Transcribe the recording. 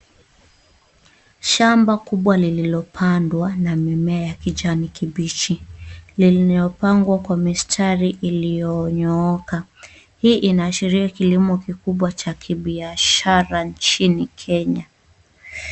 Shamba kubwa lililopandwa na mimea ya kijani kibichi iliyopangwa kwa mistari iliyonyooka. Hii inaashiria kilimo kikubwa cha kibiashara nchini Kenya.